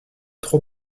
trop